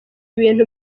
ibintu